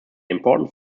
important